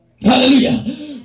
Hallelujah